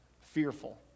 fearful